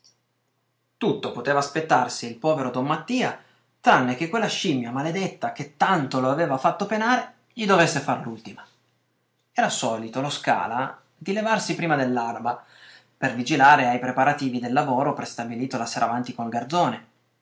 tutto poteva aspettarsi il povero don mattia tranne che quella scimmia maledetta che tanto lo aveva fatto penare gli dovesse far l'ultima era solito lo scala di levarsi prima dell'alba per vigilare ai preparativi del lavoro prestabilito la sera avanti col garzone